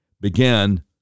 began